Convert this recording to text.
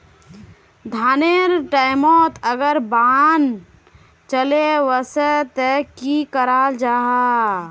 धानेर टैमोत अगर बान चले वसे ते की कराल जहा?